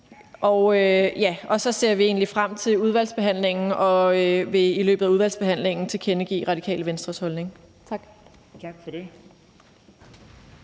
vi egentlig frem til udvalgsbehandlingen og vil i løbet af udvalgsbehandlingen tilkendegive Radikale Venstres holdning. Tak.